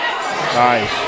Nice